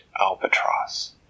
albatross